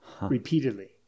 repeatedly